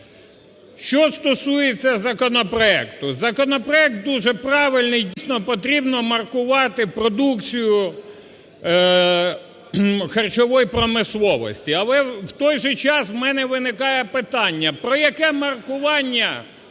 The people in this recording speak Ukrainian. Що стосується законопроекту. Законопроект дуже правильний, дійсно, потрібно маркувати продукцію харчової промисловості. Але в той же час в мене виникає питання: про яке маркування